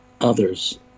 others